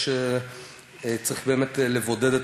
יש צריך לבודד את